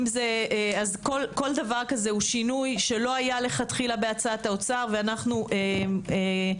כל דבר כזה הוא שינוי שלא היה לכתחילה בהצעת האוצר ואנו דאגנו,